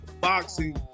boxing